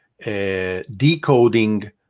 decoding